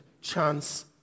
chance